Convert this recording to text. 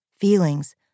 Feelings